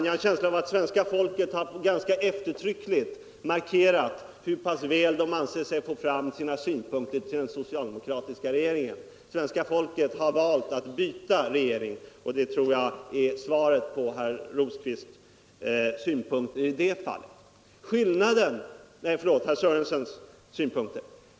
Jag har en känsla av att svenska folket ganska eftertryckligt har markerat hur pass väl det anser sig få fram sina synpunkter till den socialdemokratiska regeringen: svenska folket har valt att byta regering. Det tror jag är svaret på herr Sörensons synpunkter i det fallet.